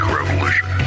revolution